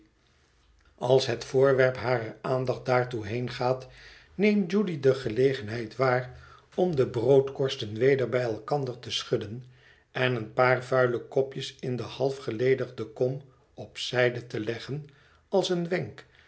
als het voorwerp harer aandacht daartoe heengaat neemt judy de gelegenheid waar om de broodkorsten weder bij elkander te schudden en een paar vuile kopjes in de half geledigde kom op zijde te leggen als een wenk